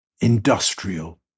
industrial